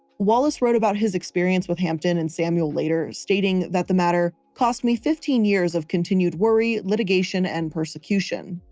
wallace wrote about his experience with hampden and samuel later, stating that the matter cost me fifteen years of continued worry, litigation and persecution.